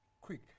quick